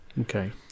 Okay